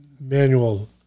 manual